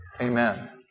amen